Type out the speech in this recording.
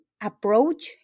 approach